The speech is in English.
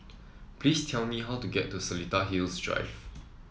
please tell me how to get to Seletar Hills Drive